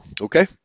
Okay